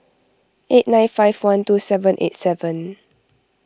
eight nine five one two seven eight seven